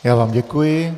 Já vám děkuji.